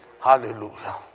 Hallelujah